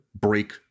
break